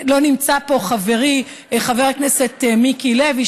לא נמצא פה חברי חבר הכנסת מיקי לוי,